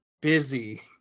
busy